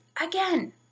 again